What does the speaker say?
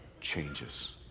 changes